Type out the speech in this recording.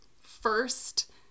first